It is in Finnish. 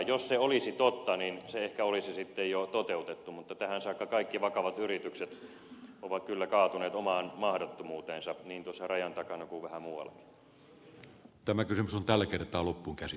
jos se olisi totta niin se ehkä olisi sitten jo toteutettu mutta tähän saakka kaikki vakavat yritykset ovat kyllä kaatuneet omaan mahdottomuuteensa niin tuossa rajan takana kuin vähän muuallakin